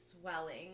swelling